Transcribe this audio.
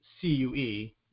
C-U-E